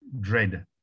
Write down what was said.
dread